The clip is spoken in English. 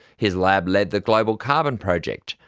his lab led the global carbon project,